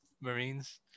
marines